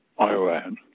Iran